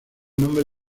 nombre